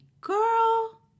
girl